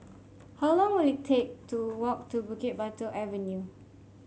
how long will it take to walk to Bukit Batok Avenue